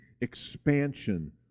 expansion